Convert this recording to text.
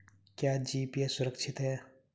क्या जी.पी.ए सुरक्षित है?